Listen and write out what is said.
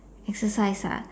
exercise ah